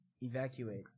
Evacuate